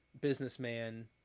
businessman